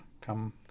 come